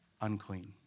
Unclean